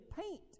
paint